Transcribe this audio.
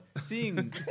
seeing